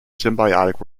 symbiotic